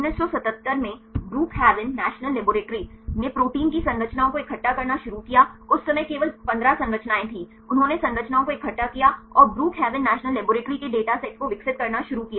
1977 में Brookhaven national laboratory ने protein की संरचनाओं को इकट्ठा करना शुरू किया उस समय केवल 15 संरचनाएं थीं उन्होंने संरचनाओं को इकट्ठा किया और ब्रुकहैवेन नेशनल लेबोरेटरी के डेटा सेट को विकसित करना शुरू किया